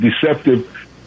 deceptive